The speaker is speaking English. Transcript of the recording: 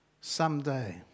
someday